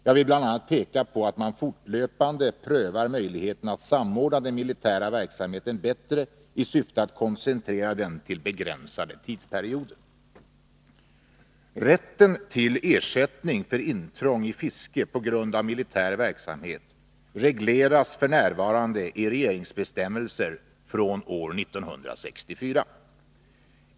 Jag vill bl.a. peka på att man fortlöpande prövar möjligheterna att samordna den militära verksamheten bättre i syfte att koncentrera den till begränsade tidsperioder. Rätten till ersättning för intrång i fiske på grund av militär verksamhet regleras f. n. i regeringsbestämmelser från år 1964.